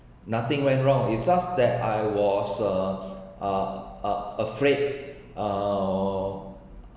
nothing went wrong it's just that I was uh uh uh afraid uh